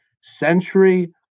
Century